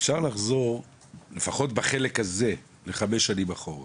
אפשר לחזר לפחות בחלק הזה לחמש שנים אחורה